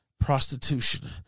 prostitution